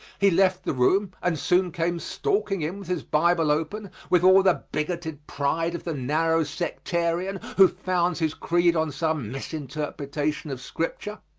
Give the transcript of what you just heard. he left the room and soon came stalking in with his bible open, with all the bigoted pride of the narrow sectarian, who founds his creed on some misinterpretation of scripture,